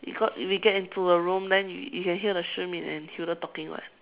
we got we get into the room then you can hear the Shi-Min and Hilda talking [what]